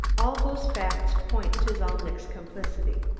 all those facts point to zalnitch's complicity.